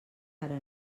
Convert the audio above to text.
era